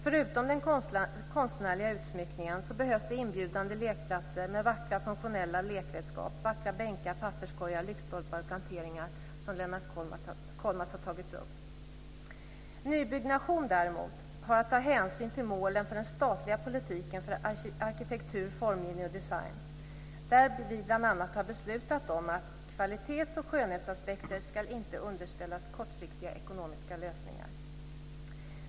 Förutom den konstnärliga utsmyckningen behövs det inbjudande lekplatser med vackra funktionella lekredskap, vackra bänkar, papperskorgar, lyktstolpar och planteringar, som Lennart Kollmats har tagit upp. Nybyggnation däremot har att ta hänsyn till målen för den statliga politiken för arkitektur, formgivning och design. Vi har bl.a. beslutat om att kvalitets och skönhetsaspekter inte ska underställas kortsiktiga ekonomiska lösningar.